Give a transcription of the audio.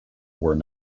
where